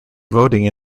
voting